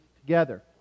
together